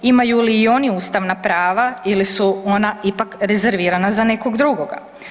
Imaju li i oni ustavna prava ili su ona ipak rezervirana za nekog drugoga?